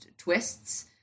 Twists